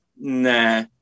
nah